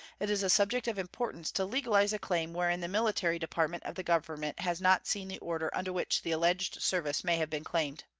it is a subject of importance to legalize a claim wherein the military department of the government has not seen the order under which the alleged service may have been claimed.